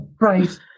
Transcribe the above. Right